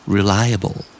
Reliable